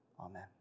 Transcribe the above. Amen